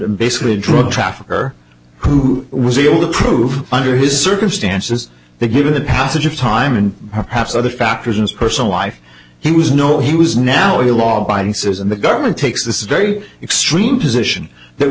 basically a drug trafficker who was able to prove under his circumstances the good of the passage of time and perhaps other factors as personal life he was no he was now a law abiding citizen the government takes this very extreme position that